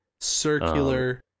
Circular